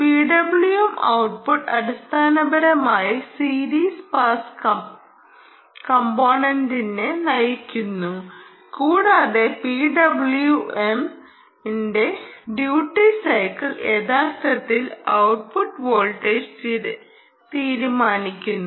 PWM output അടിസ്ഥാനപരമായി series pass കമ്പോനെൻ്റിനെ നയിക്കുന്നു കൂടാതെ PWMന്റെ ഡ്യൂട്ടി സൈക്കിൾ യഥാർത്ഥത്തിൽ ഔട്ട്പുട്ട് വോൾട്ടേജ് തീരുമാനിക്കുന്നു